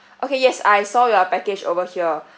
okay yes I saw your package over here